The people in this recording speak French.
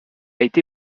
été